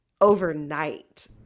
overnight